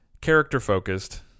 character-focused